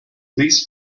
please